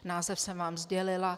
Název jsem vám sdělila.